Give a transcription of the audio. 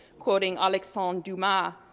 quoting alexandre dumas,